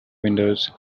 windows